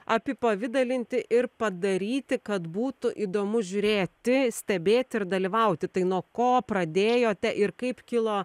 apipavidalinti ir padaryti kad būtų įdomu žiūrėti stebėti ir dalyvauti tai nuo ko pradėjote ir kaip kilo